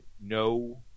no